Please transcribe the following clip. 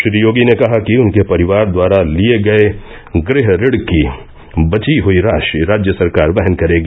श्री योगी ने कहा कि उनके परिवार द्वारा लिये गये गृह ऋण की बची हई राशि राज्य सरकार वहन करेगी